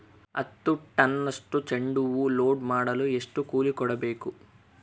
ಹತ್ತು ಟನ್ನಷ್ಟು ಚೆಂಡುಹೂ ಲೋಡ್ ಮಾಡಲು ಎಷ್ಟು ಕೂಲಿ ಕೊಡಬೇಕು?